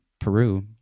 Peru